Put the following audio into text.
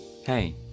Hey